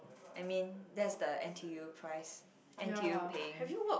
I mean that's the N_T_U price N_T_U paying